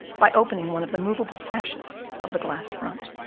by opening one of the movable sashes of the glass front.